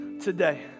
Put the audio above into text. today